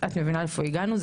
אז מבינה לאיפה הגענו?